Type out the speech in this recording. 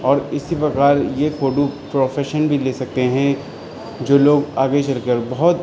اور اسی پرکار یہ فوٹو فروفیشن بھی لے سکتے ہیں جو لوگ آگے چل کر بہت